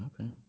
okay